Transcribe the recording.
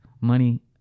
Money